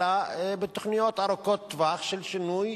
אלא בתוכניות ארוכות טווח של שינוי